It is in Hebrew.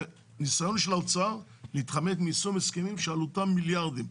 זה ניסיון של האוצר להתחמק מיישום הסכמים שעלותם מיליארדים.